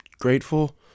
grateful